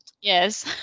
Yes